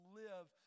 live